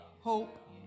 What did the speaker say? hope